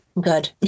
Good